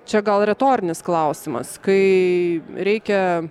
čia gal retorinis klausimas kai reikia